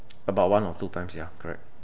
about one or two times ya correct